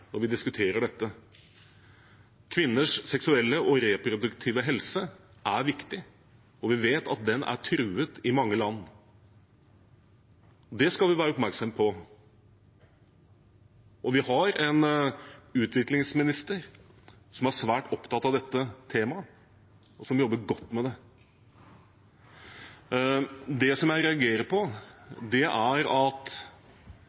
når vi diskuterer dette. Kvinners seksuelle og reproduktive helse er viktig, og vi vet at den er truet i mange land. Det skal vi være oppmerksomme på, og vi har en utviklingsminister som er svært opptatt av dette temaet, og som jobber godt med det. Det jeg reagerer